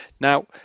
Now